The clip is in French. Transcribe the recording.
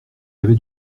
avait